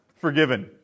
Forgiven